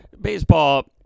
baseball